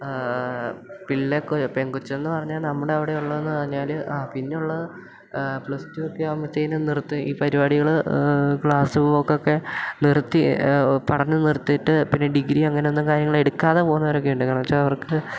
പിള്ളേർക്കൊരു പെങ്കൊച്ചെന്നു പറഞ്ഞാൽ നമ്മുടെ അവിടെ ഉള്ളതെന്നു പറഞ്ഞാൽ പിന്നെയുള്ളത് പ്ലസ്ടു ഒക്കെ ആവുമ്പോഴത്തേനും നിർത്തി ഈ പരിപാടികൾ ക്ലാസ്സുകളൊക്കെ നിർത്തി പഠനം നിർത്തിയിട്ട് പിന്നെ ഡിഗ്രി അങ്ങനെയൊന്നും കാര്യങ്ങൾ എടുക്കാതെ പോവുന്നവരൊക്കെ ഉണ്ട് കാരണം എന്നു വെച്ചാൽ അവർക്ക്